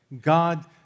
God